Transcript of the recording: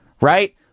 Right